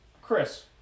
Chris